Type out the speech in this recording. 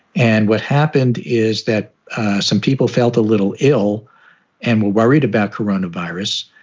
and what happened is that some people felt a little ill and were worried about corona virus.